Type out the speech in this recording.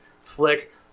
flick